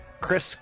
Chris